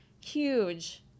huge